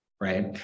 Right